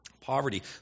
Poverty